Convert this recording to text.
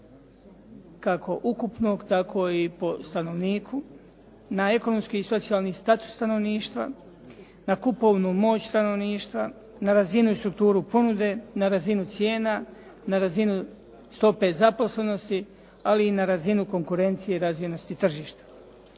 kako ukupnog tako i po stanovniku, na ekonomski i socijalni status stanovništva, na kupovnu moć stanovništva, na razinu i strukturu ponude, na razinu cijena, na razinu stope zaposlenosti, ali i na razinu konkurencije razvijenosti tržišta.